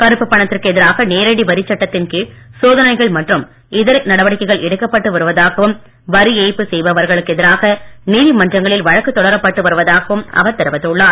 கருப்பு பணத்திற்கு எதிராக நேரடி வரிச் சட்டத்தின் கீழ் சோதனைகள் மற்றும் இதர நடவடிக்கைகள் எடுக்கப்பட்டு வருவதாகவும் வரி ஏய்ப்பு செய்பவர்களுக்கு எதிராக நீதிமன்றங்களில் வழக்கு தொடரப்பட்டு வருவதாகவும் அவர் தெரிவித்துள்ளார்